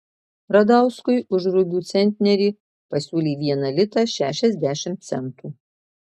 radauskui už rugių centnerį pasiūlė vieną litą šešiasdešimt centų